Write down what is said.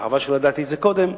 שחבל שלא ידעתי על כך קודם,